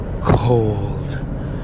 Cold